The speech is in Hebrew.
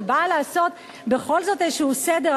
שבאה לעשות בכל זאת איזה סדר,